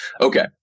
Okay